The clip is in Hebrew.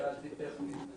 שאלתי טכנית.